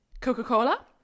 Coca-Cola